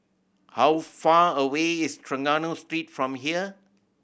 how far away is Trengganu Street from here